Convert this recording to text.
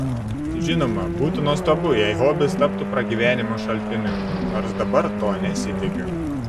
žinoma būtų nuostabu jei hobis taptų pragyvenimo šaltiniu nors dabar to nesitikiu